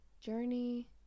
journey